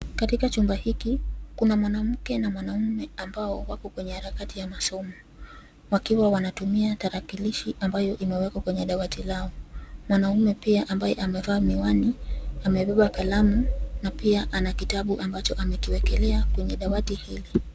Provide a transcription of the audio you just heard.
Katika chumba hiki kuna mwanamke na mwanaume ambao wako kwenye harakati ya masomo, wakiwa wanatumia tarakilishi ambayo imewekwa kwenye dawati lao. Mwanaume pia ambaye amevaa miwani amebeba kalamu na pia ana kitabu ambacho amekiwekelea kwenye dawati hili.